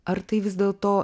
ar tai vis dėl to